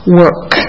work